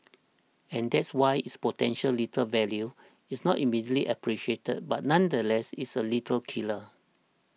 and that's why its potential lethal value is not immediately appreciated but nonetheless it's a lethal killer